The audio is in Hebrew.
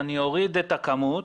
אני אוריד את הכמות,